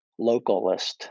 localist